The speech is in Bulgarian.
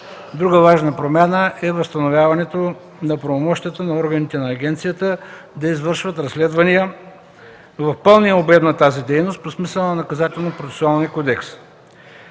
Друга важна промяна е възстановяването на правомощията на органите на агенцията – да извършват разследвания в пълния обем на тази дейност по смисъла на Наказателно-процесуалния кодекс.